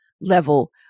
level